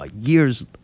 years